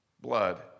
Blood